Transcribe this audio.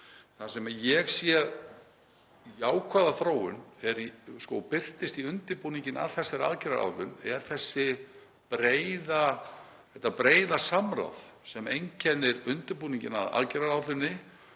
Það sem ég sé sem jákvæða þróun, og birtist í undirbúningnum að þessari aðgerðaáætlun, er þetta breiða samráð sem einkennir undirbúninginn að aðgerðaáætluninni